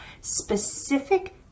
specific